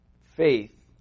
Faith